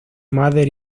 mother